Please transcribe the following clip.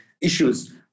issues